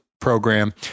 program